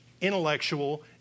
intellectual